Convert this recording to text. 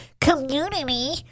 community